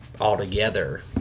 altogether